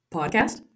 Podcast